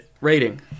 rating